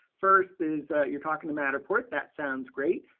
first is you're talking to matterport, that sounds great.